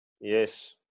Yes